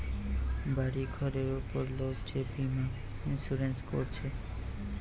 বাড়ি ঘরের উপর লোক যে বীমা ইন্সুরেন্স কোরছে